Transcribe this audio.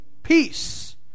peace